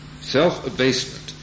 self-abasement